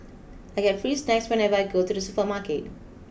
I get free snacks whenever I go to the supermarket